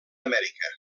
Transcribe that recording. amèrica